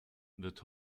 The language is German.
wird